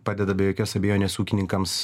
padeda be jokios abejonės ūkininkams